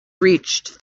reached